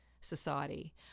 society